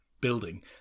building